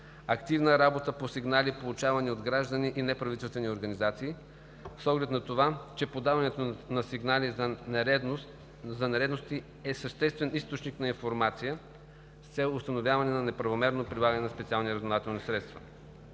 активна работа по сигнали, получавани от граждани и неправителствени организации, с оглед на това, че подаването на сигнали за нередности е съществен източник на информация с цел установяване на неправомерно прилагане на специални разузнавателни средства;